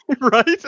Right